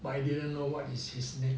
but I didn't know what is his name